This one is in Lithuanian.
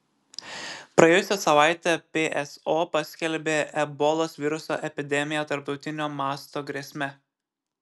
praėjusią savaitę pso paskelbė ebolos viruso epidemiją tarptautinio masto grėsme